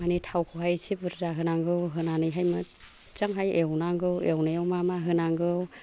मानि थावखौहाय इसे बुरजा होनांगौ होन्नानैहाय मोजांहाय एवनांगौ एवनायाव मा मा होनांगौ